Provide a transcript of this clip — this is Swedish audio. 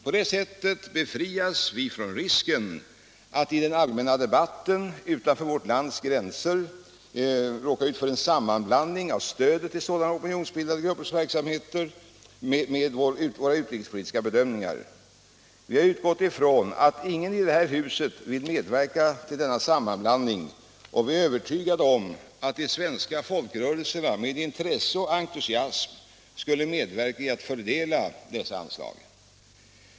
På det sättet befrias vi från risken att i den allmänna debatten utanför vårt lands gränser råka ut för en sammanblandning av stödet till sådana opinionsbildande gruppers verksamheter med våra utrikespolitiska bedömningar. Vi har utgått från att ingen i det här huset vill medverka till denna sammanblandning, och vi är övertygade om att de svenska folkrörelserna med intresse och entusiasm skulle medverka i arbetet att fördela dessa anslag.